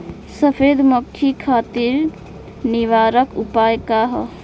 सफेद मक्खी खातिर निवारक उपाय का ह?